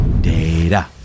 Data